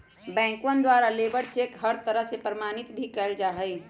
बैंकवन के द्वारा लेबर चेक के हर तरह से प्रमाणित भी कइल जा हई